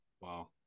wow